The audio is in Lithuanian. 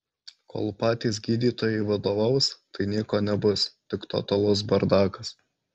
kol patys gydytojai vadovaus tai nieko nebus tik totalus bardakas